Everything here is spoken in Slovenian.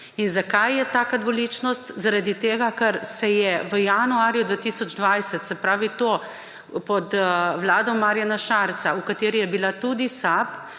In zakaj je taka dvoličnost? Zaradi tega, ker se je v januarju 2020, se pravi to pod vlado Marjana Šarca, v kateri je bila tudi SAB,